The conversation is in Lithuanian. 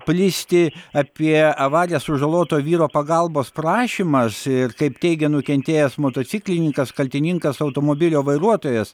plisti apie avariją sužaloto vyro pagalbos prašymas ir kaip teigia nukentėjęs motociklininkas kaltininkas automobilio vairuotojas